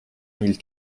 mille